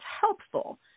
helpful